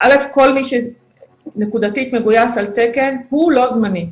כל מי שנקודתית מגויס על תקן הוא לא זמני.